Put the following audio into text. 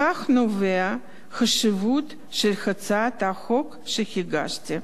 מכך נובעת החשיבות של הצעת החוק שהגשתי.